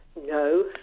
No